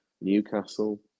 Newcastle